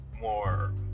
more